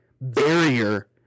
barrier